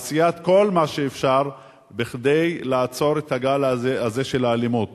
עשיית כל מה שאפשר כדי לעצור את הגל הזה של האלימות.